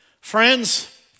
Friends